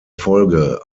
folge